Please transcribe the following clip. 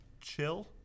chill